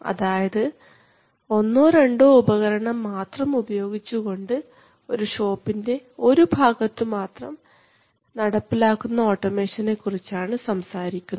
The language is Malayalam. അതായത് ഒന്നോരണ്ടോ ഉപകരണം മാത്രം ഉപയോഗിച്ചുകൊണ്ട് ഒരു ഷോപ്പിൻറെ ഒരു ഭാഗത്തു മാത്രം നടപ്പിലാക്കുന്ന ഓട്ടോമേഷന്കുറിച്ചാണ് സംസാരിക്കുന്നത്